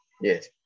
yes